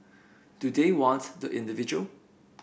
do they want the individual